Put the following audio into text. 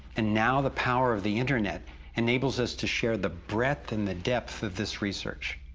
and now the power of the internet enables us to share the breadth and the depth of this research.